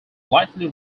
lightly